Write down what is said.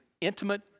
intimate